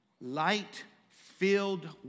light-filled